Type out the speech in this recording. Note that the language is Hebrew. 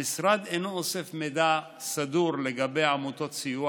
המשרד אינו אוסף מידע סדור לגבי עמותות סיוע